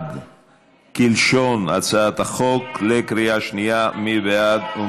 לסעיף 1. מי בעד?